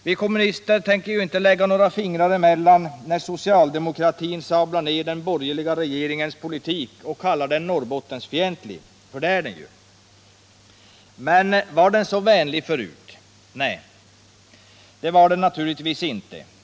Vi kommunister tänker inte lägga fingrarna emellan när socialdemokratin sablar ner den borgerliga regeringens politik och kallar den Norrbottensfientlig — för det är den ju! Men var politiken så vänlig förut? Nej! Det var den naturligtvis inte.